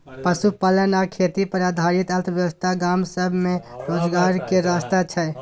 पशुपालन आ खेती पर आधारित अर्थव्यवस्था गाँव सब में रोजगार के रास्ता छइ